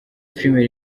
filimi